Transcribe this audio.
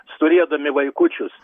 turėdami vaikučius